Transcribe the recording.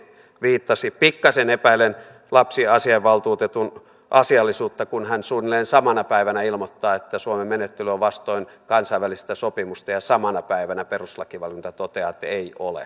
pikkaisen epäilen lapsiasiavaltuutetun asiallisuutta kun hän suunnilleen samana päivänä ilmoittaa että suomen menettely on vastoin kansainvälistä sopimusta ja samana päivänä perustuslakivaliokunta toteaa että ei ole